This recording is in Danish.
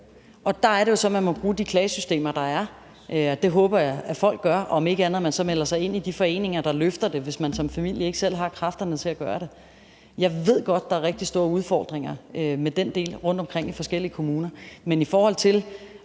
Der er det jo så, man må bruge de klagesystemer, der er, og det håber jeg folk gør, og jeg håber også, at man om ikke andet melder sig ind i de foreninger, der løfter det, hvis man som familie ikke selv har kræfterne til at gøre det. Jeg ved godt, der er rigtig mange store udfordringer med den del rundtomkring i de forskellige kommuner, men i forhold til